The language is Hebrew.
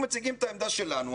אנחנו מציגים את העמדה שלנו.